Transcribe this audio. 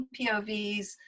povs